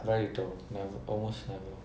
no they don't almost never